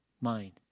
mind